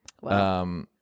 Wow